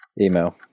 Email